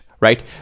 right